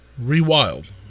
rewild